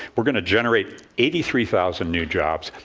we're going to generate eighty three thousand new jobs,